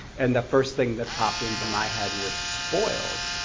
and the first thing that popped into my head was spoiled,